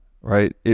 right